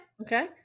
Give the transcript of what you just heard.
okay